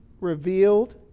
revealed